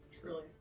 Truly